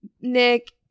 nick